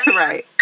right